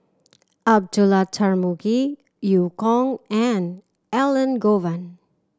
Abdullah Tarmugi Eu Kong and Elangovan